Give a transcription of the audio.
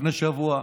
לפני שבוע,